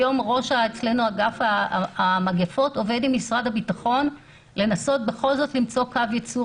לכן אגף המגפות עובד עם משרד הביטחון לנסות בכל זאת למצוא קו ייצור